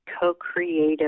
co-creative